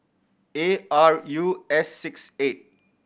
A R U S six eight